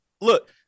look